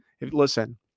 Listen